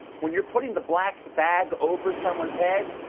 when you're putting the black bag over someone's head,